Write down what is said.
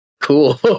Cool